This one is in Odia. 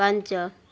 ପାଞ୍ଚ